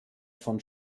von